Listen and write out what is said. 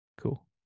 cool